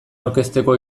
aurkezteko